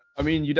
i mean, you know